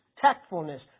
tactfulness